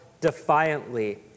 defiantly